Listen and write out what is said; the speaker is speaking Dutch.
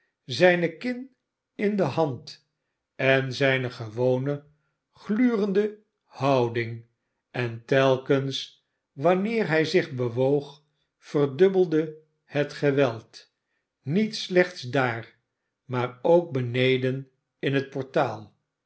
zijne kin in de hand en zijne gewone glurende housing en telkens wanneer hij zich bewoog verdubbelde het geweld niet slechts daar maar k beneden in het portaal